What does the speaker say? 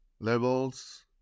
levels